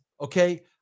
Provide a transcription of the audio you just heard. Okay